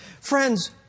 Friends